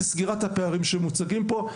לסגירת הפערים שמוצגים פה,